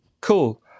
Cool